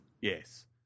Yes